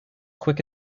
quick